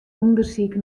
ûndersyk